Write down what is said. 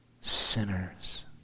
Sinners